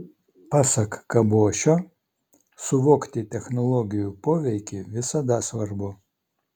pasak kabošio suvokti technologijų poveikį visada svarbu